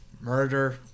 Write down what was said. murder